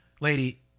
Lady